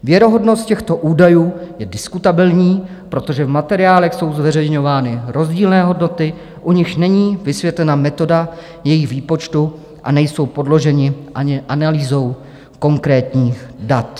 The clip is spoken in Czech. Věrohodnost těchto údajů je diskutabilní, protože v materiálech jsou zveřejňovány rozdílné hodnoty, u nichž není vysvětlena metoda jejich výpočtu a nejsou podloženy ani analýzou konkrétních dat.